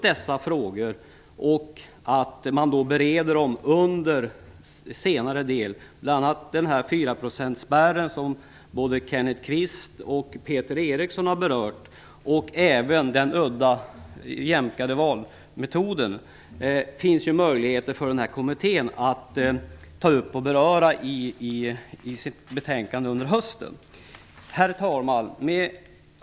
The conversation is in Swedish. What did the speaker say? Där kan de bl.a. ta upp fyraprocentsspärren, som både Kenneth Kvist och Peter Eriksson har berört, och den jämkade uddatalsmetoden. Denna kommitté har möjlighet att ta upp dessa frågor i sitt betänkande under hösten. Herr talman!